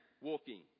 walking